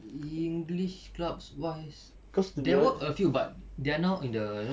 english clubs wise there were a few but they are now in the you know